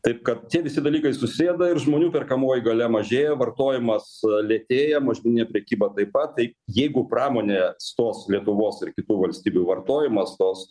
taip kad tie visi dalykai susėda ir žmonių perkamoji galia mažėja vartojimas lėtėja mažmeninė prekyba taip pat tai jeigu pramonė stos lietuvos ir kitų valstybių vartojimas stos